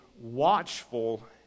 watchful